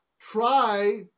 try